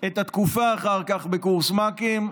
את התקופה אחר כך בקורס מ"כים,